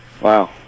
Wow